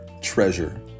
treasure